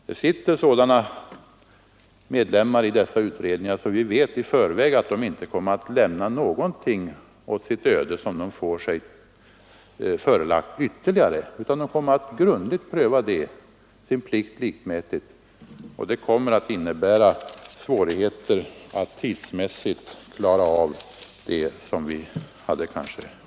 Det sitter sådana medlemmar i dessa utredningar, det vet vi i förväg, som inte kommer att lämna någonting åt sitt öde som de ytterligare får sig förelagt. De kommer att, sin plikt likmätigt, grundligt pröva dessa frågor och det kommer att innebära svårigheter att tidsmässigt klara av det vi hoppats på.